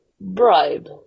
bribe